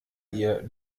ihr